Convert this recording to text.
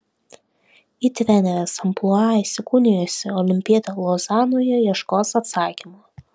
į trenerės amplua įsikūnijusi olimpietė lozanoje ieškos atsakymo